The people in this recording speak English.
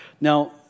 Now